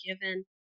given